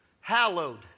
hallowed